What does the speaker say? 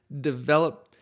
develop